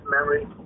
Memory